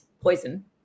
poison